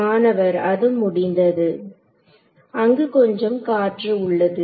மாணவர் அது முடிந்தது அங்கு கொஞ்சம் காற்று உள்ளது